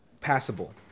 passable